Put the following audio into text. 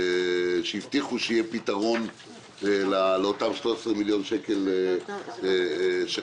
הבטיחו שיהיה פתרון ל-13 מיליון שקלים שחסרים.